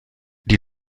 die